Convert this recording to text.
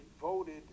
voted